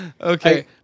Okay